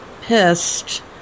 pissed